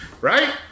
Right